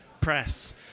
press